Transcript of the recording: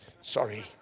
Sorry